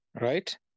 right